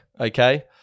okay